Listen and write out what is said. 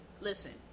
listen